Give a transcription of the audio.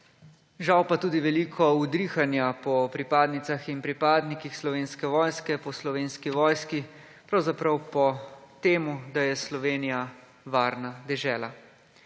Žal pa tudi veliko udrihanja po pripadnicah in pripadnikih Slovenske vojske, po Slovenski vojski. Pravzaprav po tem, da je Slovenija varna dežela.